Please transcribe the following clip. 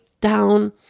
down